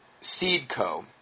Seedco